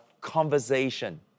conversation